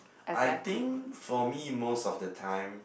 I think for me most of the time